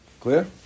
Clear